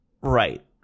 Right